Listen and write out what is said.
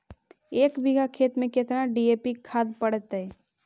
एक बिघा खेत में केतना डी.ए.पी खाद पड़तै?